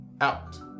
Out